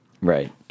Right